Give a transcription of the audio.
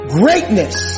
greatness